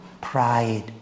pride